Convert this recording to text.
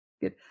Good